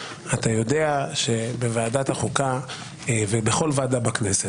אתה יודע שבוועדת החוקה ובכל ועדה בכנסת,